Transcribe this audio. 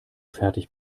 fertig